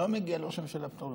לא מגיע לראש הממשלה פטור.